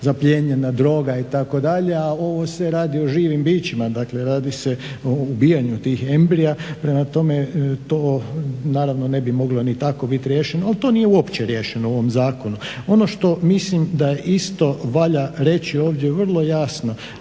zaplijenjena droga itd. a ovo se radi o živim bićima, dakle radi se o ubijanje tih embrija. Prema tome to naravno ne bi moglo ni tako biti riješeno ali to uopće nije riješeno u ovom zakonu. Ono što mislim da isto valja reći ovdje vrlo jasno,